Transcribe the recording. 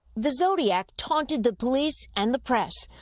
the zodiac taunted the police and the press.